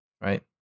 Right